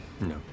No